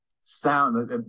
sound